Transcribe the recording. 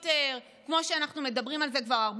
כמו שאנחנו מדברים על זה כבר הרבה מאוד שנים,